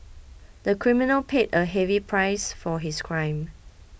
the criminal paid a heavy price for his crime